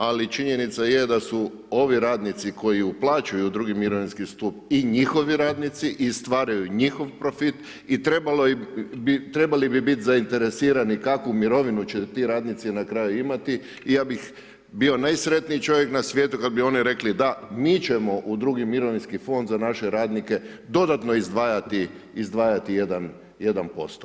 Ali, činjenica je da su ovi radnici koji uplaćuju u drugi mirovinski stup i njihovi radnici i stvaraju njihov profit i trebali bi biti zainteresirani kakvu mirovinu će ti radnici na kraju imati i ja bih bio najsretniji čovjek na svijetu, kada bi oni rekli, da mi ćemo u drugi mirovinski fond, za naše radnike, dodatno izdvajati jedan posto.